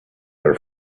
their